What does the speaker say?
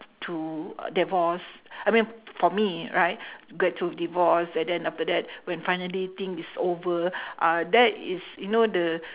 to divorce I mean for me right get through divorce and then after that when finally thing is over uh that is you know the